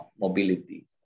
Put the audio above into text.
mobility